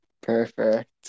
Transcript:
perfect